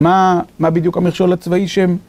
מה בדיוק המכשול הצבאי שהם?